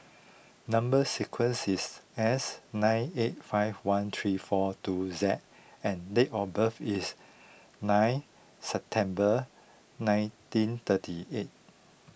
Number Sequence is S nine eight five one three four two Z and date of birth is nine September nineteen thirty eight